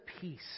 peace